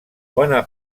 bona